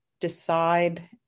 decide